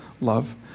love